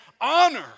honor